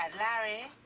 and larry?